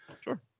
sure